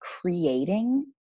creating